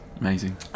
Amazing